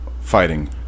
fighting